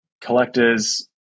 collectors